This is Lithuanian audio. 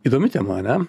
įdomi tema ane